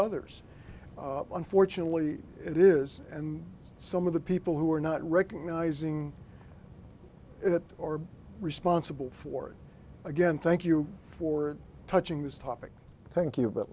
others unfortunately it is and some of the people who are not recognizing it or responsible for it again thank you for touching this topic thank you but